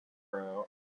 are